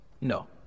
No